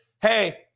hey